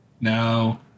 No